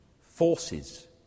forces